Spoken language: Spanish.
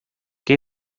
qué